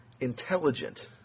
intelligent